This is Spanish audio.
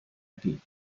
aquí